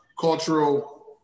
cultural